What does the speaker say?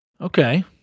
Okay